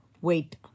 Wait